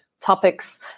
topics